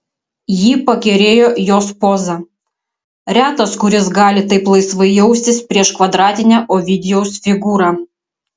jį pakerėjo jos poza retas kuris gali taip laisvai jaustis prieš kvadratinę ovidijaus figūrą